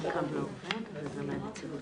השינויים שהיו לטובת העובדים, בהצעה